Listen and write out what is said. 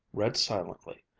read silently,